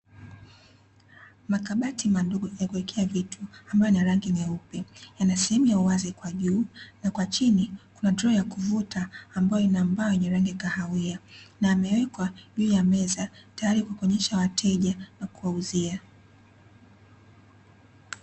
Makabati madogo yakuwekea vitu ambayo ni ya rangi nyeupe yana sehemu ya uwazi kwa juu na kwa chini kuna droo ya kuvuta ambayo ina mbao yenye rangi ya kahawia, na yamewekwa juu ya meza tayari kwa kuwaonyesha wateja na kuwauzia.